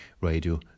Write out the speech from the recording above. Radio